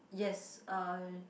yes uh